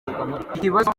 ikibazo